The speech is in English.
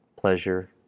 pleasure